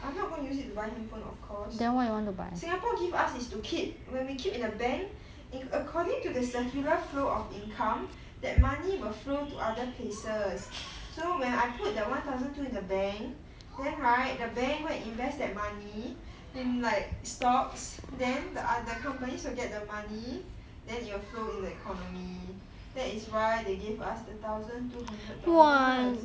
I'm not gonna use it to buy handphone of course singapore give us is to keep when we keep in a bank in according to the circular flow of income that money will flown to other places so when I put that one thousand two in the bank then right the bank go and invest that money in like stocks then the other companies will get the money then it will flow in the economy that is why they give us the thousand two hundred dollars